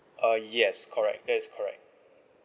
uh yes correct that is correct